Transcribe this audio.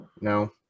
no